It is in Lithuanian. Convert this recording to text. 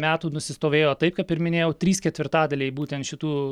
metų nusistovėjo taip kaip ir minėjau trys ketvirtadaliai būtent šitų